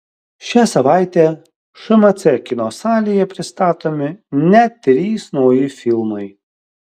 šią savaitę šmc kino salėje pristatomi net trys nauji filmai